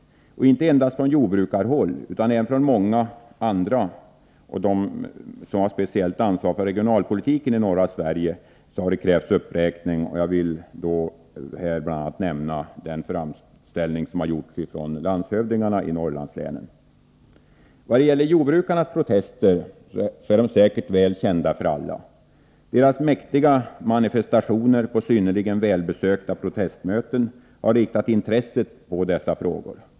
Inte endast från jordbrukarhåll utan även från många andra håll — och från dem som har speciellt ansvar för regionalpolitiken i norra Sverige — har det krävts en uppräkning. Jag vill då nämna bl.a. den framställning som har gjorts av landshövdingarna i Norrlandslänen. I vad gäller jordbrukarnas protester är de säkerligen väl kända för alla. Jordbrukarnas mäktiga manifestationer, på synnerligen välbesökta protestmöten, har riktat intresset mot dessa frågor.